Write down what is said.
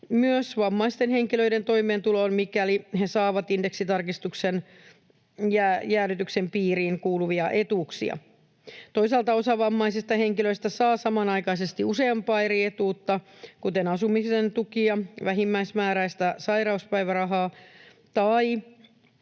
myös vammaisten henkilöiden toimeentuloon, mikäli he saavat indeksitarkistusten jäädytyksen piiriin kuuluvia etuuksia. Osa vammaisista henkilöistä saa samanaikaisesti useampaa eri etuutta, kuten asumisen tukia, vähimmäismääräistä sairauspäivärahaa tai